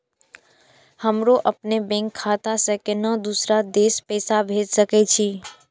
हमरो अपने बैंक खाता से केना दुसरा देश पैसा भेज सके छी?